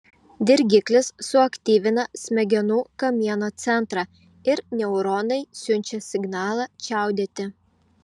dirgiklis suaktyvina smegenų kamieno centrą ir neuronai siunčia signalą čiaudėti